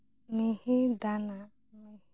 ᱢᱤᱦᱤᱫᱟᱱᱟ